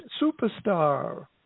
superstar